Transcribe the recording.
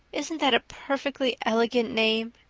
isn't that a perfectly elegant name?